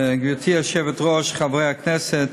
גברתי היושבת-ראש, חברי הכנסת,